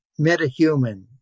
metahuman